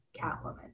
Catwoman